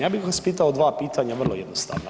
Ja bih vas pitao dva pitanja vrlo jednostavna.